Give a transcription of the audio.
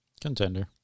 contender